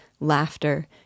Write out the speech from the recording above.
laughter